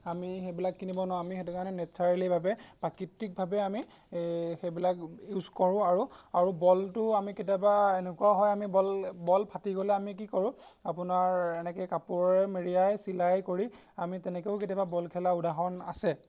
আমি সেইবিলাক কিনিব নোৱাৰোঁ আমি সেইটো কাৰণে নেচাৰেলিভাৱে প্ৰাকৃতিকভাৱে আমি এই সেইবিলাক ইউজ কৰোঁ আৰু আৰু বলটোও আমি কেতিয়াবা এনেকুৱা হয় আমি বল বল ফাটি গ'লে আমি কি কৰোঁ আপোনাৰ এনেকৈ কাপোৰে মেৰিয়াই চিলাই কৰি আমি তেনেকৈও কেতিয়াবা বল খেলাৰ উদাহৰণ আছে